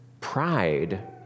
pride